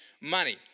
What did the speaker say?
money